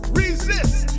resist